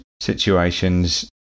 situations